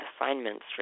assignments